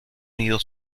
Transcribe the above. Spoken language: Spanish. nido